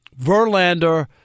Verlander